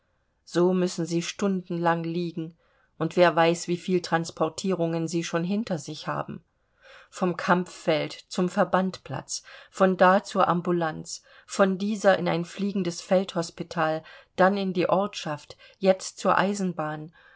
so müssen sie stundenlang liegen und wer weiß wie viel transportierungen sie schon hinter sich haben vom kampffeld zum verbandplatz von da zur ambulance von dieser in ein fliegendes feldhospital dann in die ortschaft jetzt zur eisenbahn